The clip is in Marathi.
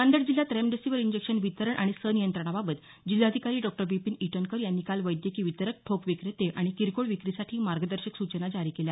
नांदेड जिल्ह्यात रेमडीसिव्हीर इंजेक्शन वितरण आणि सनियंत्रणाबाबत जिल्हाधिकारी डॉ विपिन ईटनकर यांनी काल वैद्यकीय वितरक ठोक विक्रेते आणि किरकोळ विक्रीसाठी मार्गदर्शक सुचना जारी केल्या